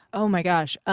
oh, my gosh.